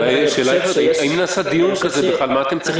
השאלה אם נעשה דיון כזה בכלל ומה אתם צריכים לעשות.